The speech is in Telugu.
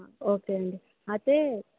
ఓకే అండి అయితే